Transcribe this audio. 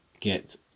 get